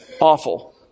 awful